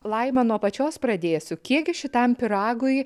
laima nuo pačios pradėsiu kiekgi šitam pyragui